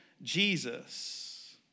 Jesus